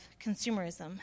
consumerism